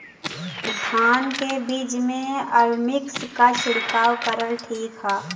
धान के बिज में अलमिक्स क छिड़काव करल ठीक ह?